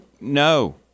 No